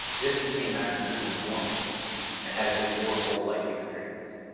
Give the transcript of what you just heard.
this became our new normal and has been your whole life-experience.